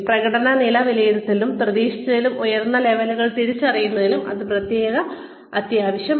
പ്രകടന നില വിലയിരുത്തുന്നതിനും പ്രതീക്ഷിച്ചതിലും ഉയർന്ന ലെവലുകൾ തിരിച്ചറിയുന്നതിനും ഇത് തികച്ചും അത്യാവശ്യമാണ്